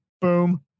Boom